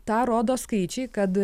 tą rodo skaičiai kad